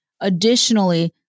Additionally